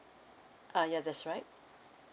uh ya that's right